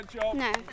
No